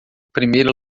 primeira